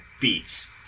beats